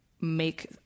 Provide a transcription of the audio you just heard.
make